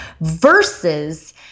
versus